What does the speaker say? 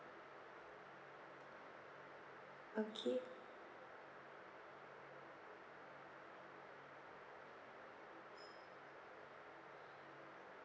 okay